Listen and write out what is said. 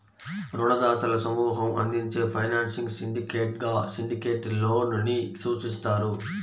రుణదాతల సమూహం అందించే ఫైనాన్సింగ్ సిండికేట్గా సిండికేట్ లోన్ ని సూచిస్తారు